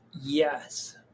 Yes